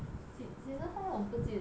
sea~ season four 我不记得